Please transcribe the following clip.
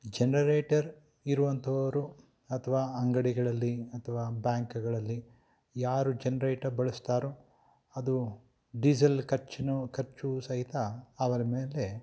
generator ಇರುವಂಥವರು ಅಥ್ವಾ ಅಂಗಡಿಗಳಲ್ಲಿ ಅಥವಾ ಬ್ಯಾಂಕಗಳಲ್ಲಿ ಯಾರು ಜನ್ರೇಟರ್ ಬಳಸ್ತಾರೋ ಅದು ಡೀಸೆಲ್ ಖರ್ಚಿನು ಖರ್ಚು ಸಹಿತ ಅವರ ಮೇಲೆ